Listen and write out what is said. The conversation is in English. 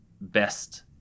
best